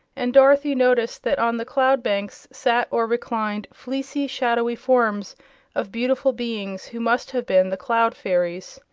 and dorothy noticed that on the cloud banks sat or reclined fleecy, shadowy forms of beautiful beings who must have been the cloud fairies.